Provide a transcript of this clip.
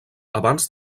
abans